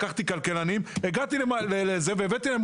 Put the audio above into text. לקחתי כלכלנים והגעתי לזה והבאתי להם